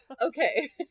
okay